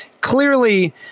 clearly